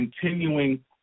continuing